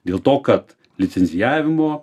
dėl to kad licencijavimo